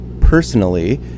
personally